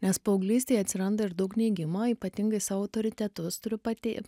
nes paauglystėj atsiranda ir daug neigimo ypatingai sau autoritetus turiu pati